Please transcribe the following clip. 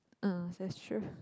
uh that's true